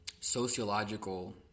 sociological